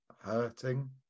hurting